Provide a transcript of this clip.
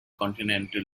continental